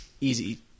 easy